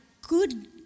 good